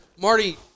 Marty